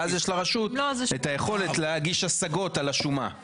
ואז יש לרשות את היכולת להגיש השגות על השומה.